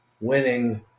winning